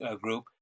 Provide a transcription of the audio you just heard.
group